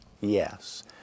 yes